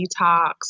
detox